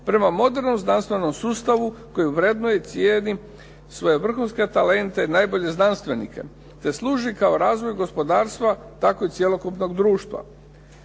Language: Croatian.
prema modernom znanstvenom sustavu koje vrednuje i cijeni svoje vrhunske talente i najbolje znanstvenike, te služi kao razvoj gospodarstva tako i cjelokupnog društva.